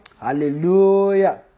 hallelujah